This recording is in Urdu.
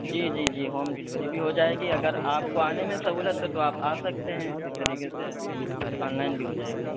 جی جی جی ہوم ڈلیوری بھی ہوجائے گی اگرآپ کو آنے میں سہولت ہے تو آپ آ سکتے ہیں اسی طریقے سے آن لائن بھی ہوجائے گی